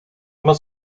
immer